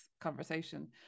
conversation